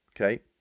Okay